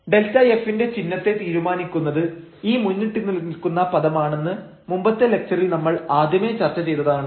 Δf ന്റെ ചിഹ്നത്തെ തീരുമാനിക്കുന്നത് ഈ മുന്നിട്ടുനിൽക്കുന്ന പദമാണെന്ന് മുമ്പത്തെ ലക്ച്ചറിൽ നമ്മൾ ആദ്യമേ ചർച്ച ചെയ്തതാണ്